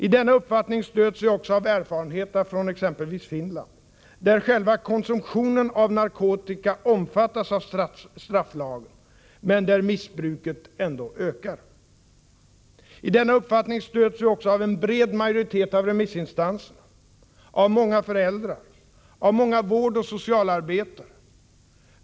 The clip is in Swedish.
I denna uppfattning stöds vi av erfarenheterna från exempelvis Finland, där själva konsumtionen av narkotika omfattas av strafflagen, men där missbruket ändå ökar. I denna uppfattning stöds vi också av en bred majoritet av remissinstanserna, av många föräldrar och av många vårdoch socialarbetare.